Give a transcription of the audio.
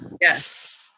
Yes